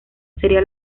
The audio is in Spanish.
sería